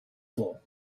floor